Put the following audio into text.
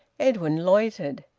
edwin loitered.